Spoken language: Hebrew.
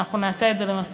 ואנחנו נעשה את זה למסורת,